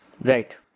Right